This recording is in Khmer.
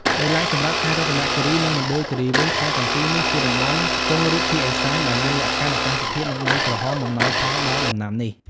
ដោយឡែកសម្រាប់ខេត្តរតនគិរី និងមណ្ឌលគិរីវិញ ខេត្តទាំងពីរនេះជាតំបន់ខ្ពង់រាបភាគឦសាន ដែលមានលក្ខខណ្ឌអាកាសធាតុ និងដីក្រហមអំណោយផលដល់ដំណាំនេះ។